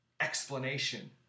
explanation